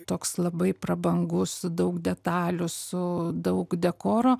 toks labai prabangus su daug detalių su daug dekoro